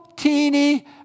teeny